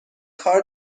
کار